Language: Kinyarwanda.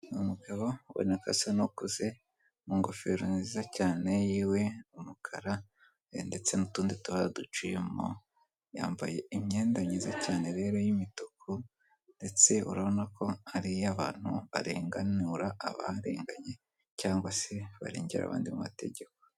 Umugabo ubonako asa n' ukuze, mu ngofero nziza cyane yiwe, umukara we, ndetse n'utundi twa duciyemo. Yambaye imyenda myiza cyane rero y'imituku, ndetse urabona ko hariyo abantu barenganura abarenganye, cyangwa se barengera abandi mategeko.